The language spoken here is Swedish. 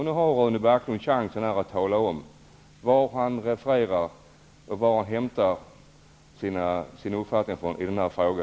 Nu har Rune Backlund chansen att tala om vad han refererar och varifrån han hämtar sin uppfattning i denna fråga.